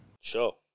sure